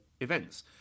events